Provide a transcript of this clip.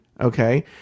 okay